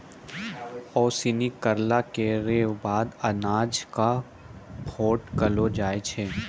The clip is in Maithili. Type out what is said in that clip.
ओसौनी करला केरो बाद अनाज क फटकलो जाय छै